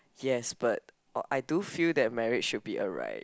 yes but I do feel that marriage should be alright